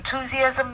enthusiasm